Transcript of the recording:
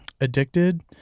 Addicted